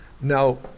Now